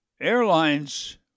airlines